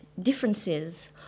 differences